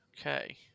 Okay